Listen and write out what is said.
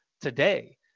today